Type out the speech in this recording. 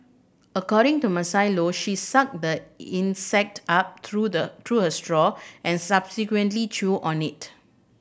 according to Maisie Low she sucked the insect up through the through her straw and subsequently chewed on it